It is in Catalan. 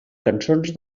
cançons